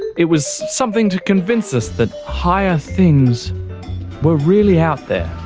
it was something to convince us that higher things were really out there.